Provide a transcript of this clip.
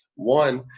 one,